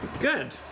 Good